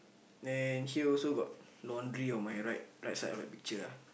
then here also got laundry on my right right side of the picture ah